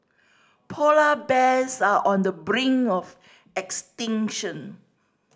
polar bears are on the brink of extinction